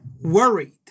worried